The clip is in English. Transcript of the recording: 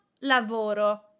lavoro